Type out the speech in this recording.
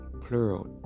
plural